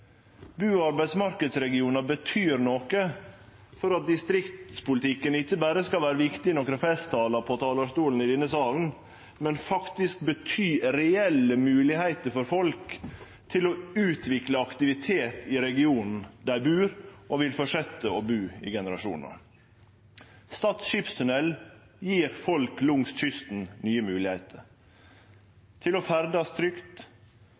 Bu- og arbeidsmarknadsregionar betyr noko for at distriktspolitikken ikkje berre skal vere viktig i nokre festtalar på talarstolen i denne salen, men faktisk bety reelle moglegheiter for folk til å utvikle aktivitet i regionen der dei bur og vil fortsetje å bu i generasjonar. Stad skipstunnel gjev folk langs kysten nye moglegheiter – til å ferdast trygt,